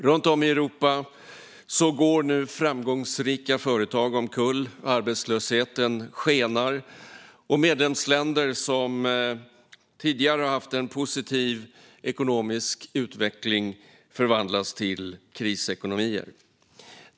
Runt om i Europa går nu framgångsrika företag omkull, arbetslösheten skenar och medlemsländer som tidigare har haft en positiv ekonomisk utveckling förvandlas till krisekonomier.